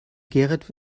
gerrit